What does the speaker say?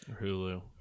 Hulu